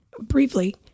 briefly